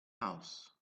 house